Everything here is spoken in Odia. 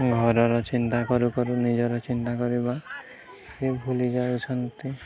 ଘରର ଚିନ୍ତା କରୁ କରୁ ନିଜର ଚିନ୍ତା କରିବା ସେ ଭୁଲି ଯାଉଛନ୍ତି